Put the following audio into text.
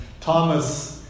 Thomas